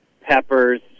peppers